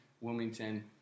Wilmington